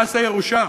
מס הירושה,